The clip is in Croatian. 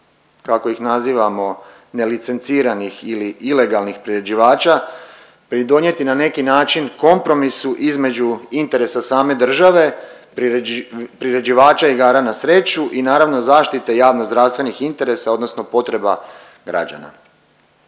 kako ih nazivamo nelicenciranih ili ilegalnih priređivača pridonijeti na neki način kompromisu između interesa same države, priređivača igara na sreća i naravno zaštite javnozdravstvenih interesa odnosno potreba građana.